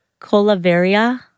Colavaria